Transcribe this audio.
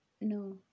no